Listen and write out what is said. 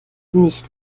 nicht